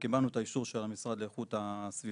וקיבלנו את האישור של המשרד לאיכות הסביבה,